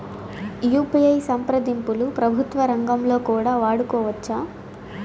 UPI సంప్రదింపులు ప్రభుత్వ రంగంలో కూడా వాడుకోవచ్చా?